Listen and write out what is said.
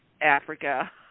Africa